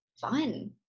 fun